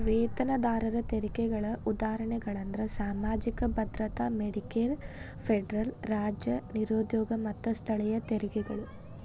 ವೇತನದಾರರ ತೆರಿಗೆಗಳ ಉದಾಹರಣೆಗಳಂದ್ರ ಸಾಮಾಜಿಕ ಭದ್ರತಾ ಮೆಡಿಕೇರ್ ಫೆಡರಲ್ ರಾಜ್ಯ ನಿರುದ್ಯೋಗ ಮತ್ತ ಸ್ಥಳೇಯ ತೆರಿಗೆಗಳು